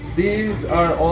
these are